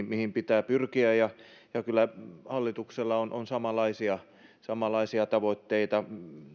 mihin pitää pyrkiä ja ja kyllä hallituksella on on samanlaisia samanlaisia tavoitteita